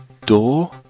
door